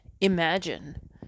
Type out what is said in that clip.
imagine